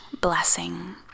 blessing